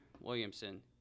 Williamson